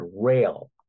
rail